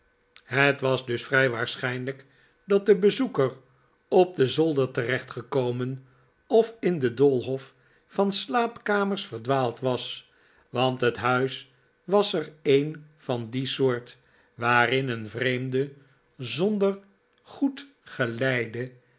het was dus vrij waarschijnlijk dat de bezoeker op den zolde'r terecht gekomen of in den doolhof van slaapkamers verdwaald was want het huis was er een van die soort waarin een vreemde zonder goed geleide